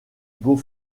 beau